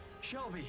Shelby